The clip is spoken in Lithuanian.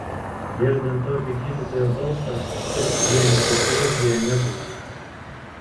girdint tokį gydytojo balsą sutelkti dėmesį į chirurgiją nebuvo lengva